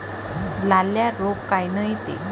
लाल्या रोग कायनं येते?